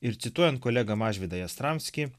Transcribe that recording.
ir cituojant kolegą mažvydą jastramskį